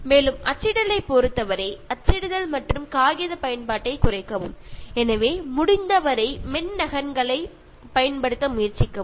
மேலும் அச்சிடலைப் பொறுத்தவரை அச்சிடுதல் மற்றும் காகிதப் பயன்பாட்டைக் குறைக்கவும் எனவே முடிந்தவரை மென் நகல்களைப் பயன்படுத்த முயற்சிக்கவும்